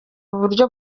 uburyo